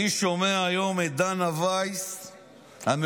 אני שומע היום את דנה וייס המהוללת,